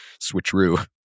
switcheroo